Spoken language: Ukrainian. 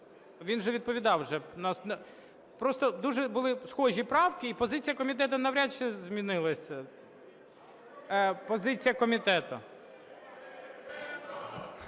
Він же відповідав вже. Просто дуже були схожі правки, і позиція комітету навряд чи змінилася. Позиція комітету.